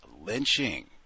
lynching